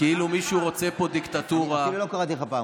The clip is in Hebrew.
כאילו מישהו פה רוצה דיקטטורה, זה פשוט ספין